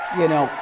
you know,